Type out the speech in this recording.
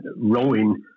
rowing